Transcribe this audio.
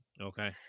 Okay